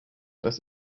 das